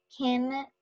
Kim